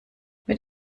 mit